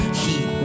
heat